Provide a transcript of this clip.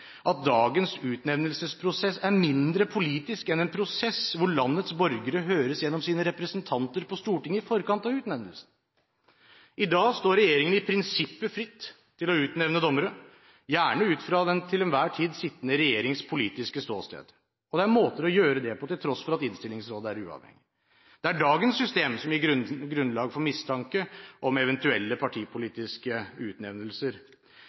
at dagens utnevnelsesprosess er mindre politisk enn en prosess hvor landets borgere høres gjennom sine representanter på Stortinget i forkant av utnevnelsen. I dag står regjeringen i prinsippet fritt til å utnevne dommere, gjerne ut fra den til enhver tid sittende regjerings politiske ståsted. Det er måter å gjøre det på, til tross for at Innstillingsrådet er uavhengig. Det er dagens system som gir grunnlag for mistanke om eventuelle partipolitiske utnevnelser.